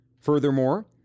Furthermore